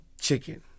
Chicken